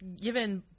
given